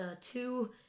two